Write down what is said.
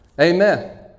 Amen